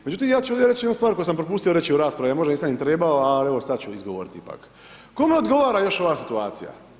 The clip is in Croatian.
Međutim ja ću ovdje reći jednu stvar koju sam propustio reći u raspravi, a možda i nisam ni trebao, ali evo sad ću izgovoriti ipak, kome odgovara još ova situacija?